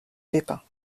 pépins